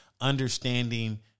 understanding